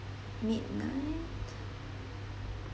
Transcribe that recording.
midnight